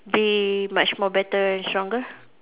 be much more better and stronger